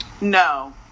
No